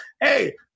hey